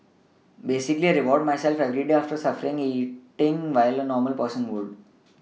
basically I reward myself every day after suffering eating what a normal person would